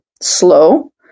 slow